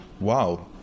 wow